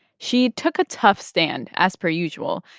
she took a tough stand, as per usual,